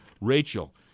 Rachel